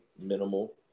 minimal